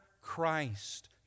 Christ